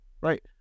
Right